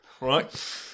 Right